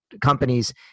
companies